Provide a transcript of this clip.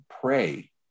pray